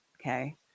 Okay